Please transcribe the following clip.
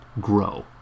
grow